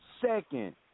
Second